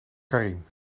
karien